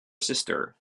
sister